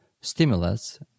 stimulus